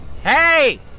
Hey